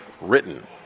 written